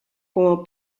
como